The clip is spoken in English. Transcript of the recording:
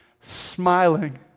smiling